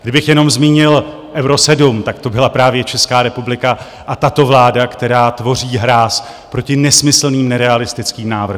Kdybych jenom zmínil Euro 7, tak to byla právě Česká republika a tato vláda, která tvoří hráz proti nesmyslným, nerealistickým návrhům.